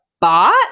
bot